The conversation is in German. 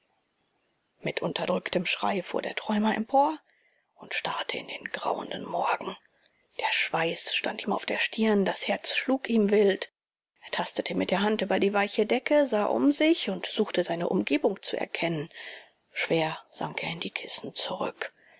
mit unterdrücktem schrei fuhr der träumer empor und starrte in den grauenden morgen der schweiß stand ihm auf der stirn das herz schlug ihm wild er tastete mit der hand über die weiche decke sah um sich und suchte seine umgebung zu erkennen schwer sank er in die kissen zurück